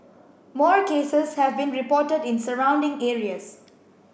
more cases have been reported in surrounding areas